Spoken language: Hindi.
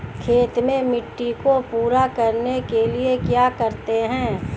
खेत में मिट्टी को पूरा करने के लिए क्या करते हैं?